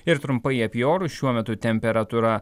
ir trumpai apie orus šiuo metu temperatūra